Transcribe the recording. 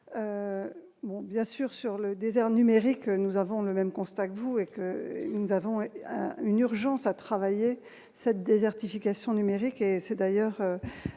bien sûr sur le désert numérique, nous avons le même constat que vous êtes que nous avons une urgence à travailler cette désertification numérique et c'est d'ailleurs